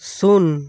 ᱥᱩᱱ